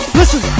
listen